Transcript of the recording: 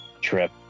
trip